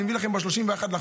אני מביא לכם ב-31 לחודש,